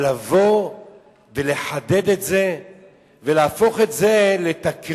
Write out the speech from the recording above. אבל לבוא ולחדד את זה ולהפוך את זה לתקרית,